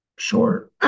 Sure